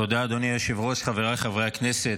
תודה, אדוני היושב-ראש, חבריי חברי הכנסת.